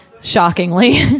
Shockingly